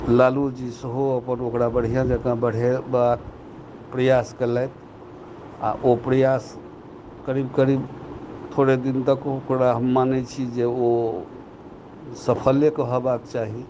लालूजी सेहो अपन ओकरा बढ़िऑं जकाँ बढ़ेबाक प्रयास केलथि आ ओ प्रयास करीब करीब थोड़े दिन तक ओकरा हम मानै छी जे ओ सफले कहेबाक चाही